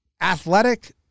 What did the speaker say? athletic